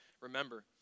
remember